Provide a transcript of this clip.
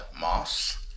Moss